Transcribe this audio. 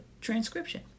transcription